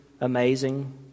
amazing